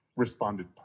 responded